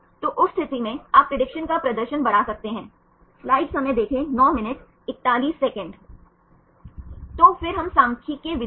इसलिए अगर हम अल्फा हेलिक्स में देखें तो यह एक तरह की सीढ़ियां हैं बस एक से दूसरे तक जाना कुछ कदमों मै सिमटता है